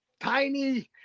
tiny